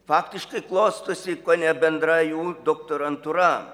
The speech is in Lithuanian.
faktiškai klostosi kone bendra jų doktorantūra